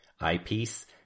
eyepiece